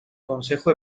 consejo